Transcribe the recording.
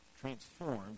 transformed